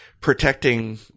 protecting